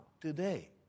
today